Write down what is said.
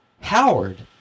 Howard